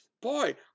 boy